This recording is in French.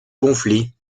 conflit